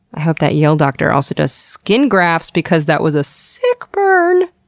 i hope that yale doctor also does skin grafts because that was a sick burn.